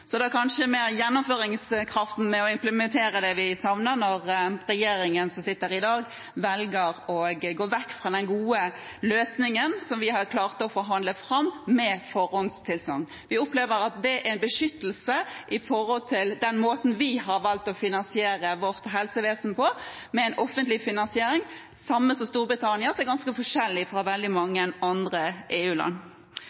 så det er kanskje mer gjennomføringskraften med å implementere det vi savner, når regjeringen som sitter i dag, velger å gå vekk fra den gode løsningen som vi klarte å forhandle fram, med forhåndstilsagn. Vi opplever at det er en beskyttelse for den måten vi har valgt å finansiere vårt helsevesen på, med en offentlig finansiering – lik den i Storbritannia, som er ganske forskjellig fra den i veldig mange